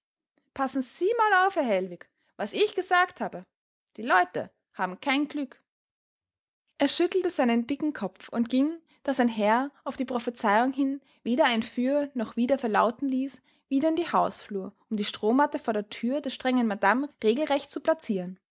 passen sie mal auf herr hellwig was ich gesagt habe die leute haben kein glück er schüttelte seinen dicken kopf und ging da sein herr aus die prophezeiung hin weder ein für noch wider verlauten ließ wieder in die hausflur um die strohmatte vor der thür der strengen madame regelrecht zu plazieren